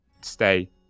stay